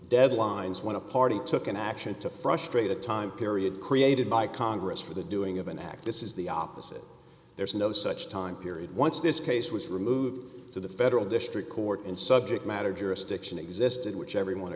deadlines when a party took an action to frustrate a time period created by congress for the doing of an act this is the opposite there is no such time period once this case was removed to the federal district court and subject matter jurisdiction existed which everyone